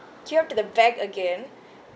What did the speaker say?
queue up to the back again